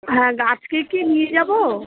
হ্যাঁ আজকে কি নিয়ে যাব